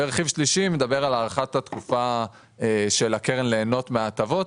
הרכיב השלישי מדבר על הארכת התקופה של הקרן להנאה מההטבות.